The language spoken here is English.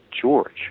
George